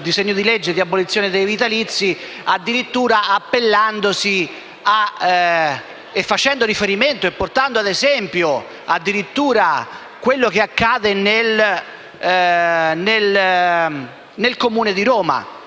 disegno di legge per l'abolizione dei vitalizi, addirittura appellandosi e portando ad esempio quello che accade nel Comune di Roma.